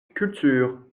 culture